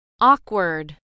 Awkward